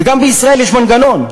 וגם בישראל יש מנגנון,